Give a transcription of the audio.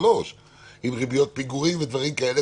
שלושה עם ריביות פיגורים ודברים כאלה,